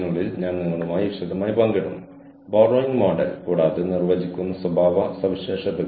മറ്റുള്ളവർ ഇത് എങ്ങനെ വികസിക്കും എന്ന് കാത്തിരുന്നു തുടർന്ന് അവർ കോഴ്സുകൾ നിർദ്ദേശിക്കാൻ തീരുമാനിച്ചു